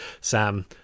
Sam